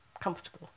comfortable